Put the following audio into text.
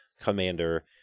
commander